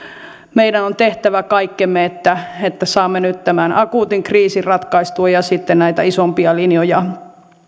meidän on tehtävä kaikkemme että että saamme nyt tämän akuutin kriisin ratkaistua ja sitten näitä isompia linjoja